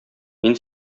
мин